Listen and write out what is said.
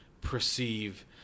perceive